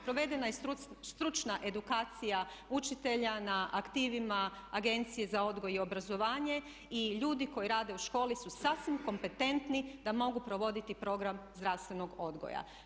Provedena je stručna edukacija učitelja na aktivima Agencije za odgoj i obrazovanje i ljudi koji rade u školi su sasvim kompetentni da mogu provoditi program zdravstvenog odgoja.